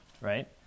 right